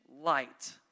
light